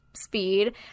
speed